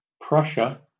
Prussia